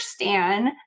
understand